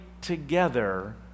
together